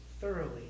thoroughly